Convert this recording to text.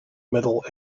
middle